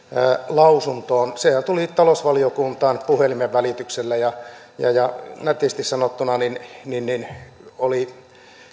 lausuntoon niin sehän tuli talousvaliokuntaan puhelimen välityksellä ja ja nätisti sanottuna oli